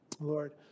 Lord